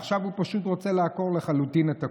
עכשיו הוא פשוט רוצה לעקור לחלוטין את הכול.